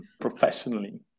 Professionally